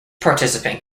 participant